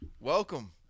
Welcome